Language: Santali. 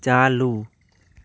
ᱪᱟᱻ ᱞᱩ